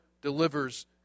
delivers